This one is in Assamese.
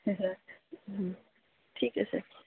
ঠিক আছে